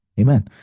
Amen